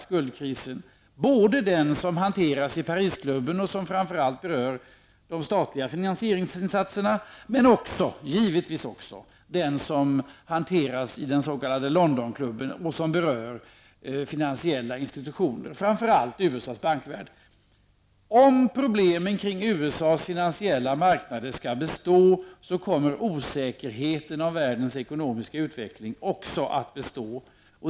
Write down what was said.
Det gäller både den som hanteras i Paris-klubben och som framför allt berör de statliga finansieringsinsatserna, men givetvis också den som hanteras av den s.k. London-klubben och som berör finansiella institutioner i framför allt USAs bankvärld. Om problemet kring USAs finansiella marknader skall bestå kommer osäkerheten om världens ekonomiska utveckling också att bestå.